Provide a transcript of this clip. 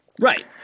Right